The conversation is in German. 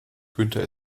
günther